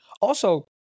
Also-